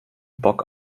bock